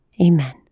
Amen